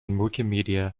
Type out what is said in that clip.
wikimedia